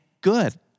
good